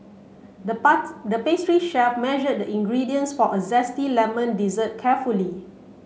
the the pastry chef measured the ingredients for a zesty lemon dessert carefully